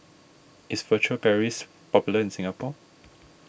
is Furtere Paris popular in Singapore